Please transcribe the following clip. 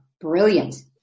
Brilliant